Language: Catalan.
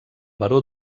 baró